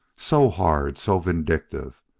so hard, so vindictive!